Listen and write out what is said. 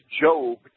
Job